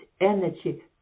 energy